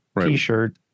T-shirt